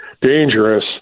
dangerous